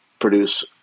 produce